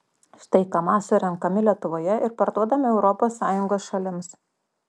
štai kamaz surenkami lietuvoje ir parduodami europos sąjungos šalims